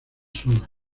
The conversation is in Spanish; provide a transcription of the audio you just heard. sola